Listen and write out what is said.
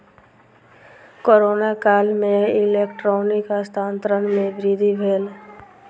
corona काल में electronic हस्तांतरण में वृद्धि भेल